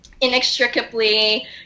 inextricably